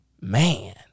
man